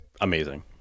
amazing